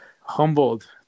humbled